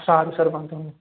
સારું સર વાંધો નહીં